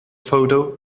photo